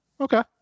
Okay